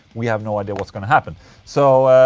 we have no idea what's going to happen so.